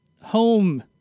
home